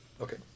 Okay